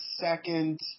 second